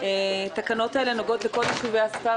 התקנות האלה נוגעות לכל יישובי הספר,